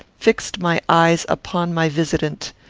fixed my eyes upon my visitant.